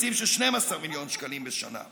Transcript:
ותקציב של 12 מיליון שקלים בשנה,